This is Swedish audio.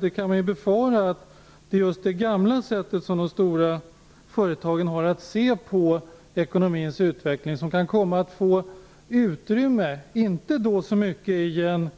Vi kan då befara att just det gamla sättet som storföretagen ser på den ekonomiska utvecklingen kan komma att få utrymme, inte så mycket i den